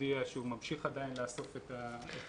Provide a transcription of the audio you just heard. הודיע שהוא ממשיך עדיין לאסוף את הנתונים.